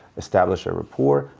establish a rapport.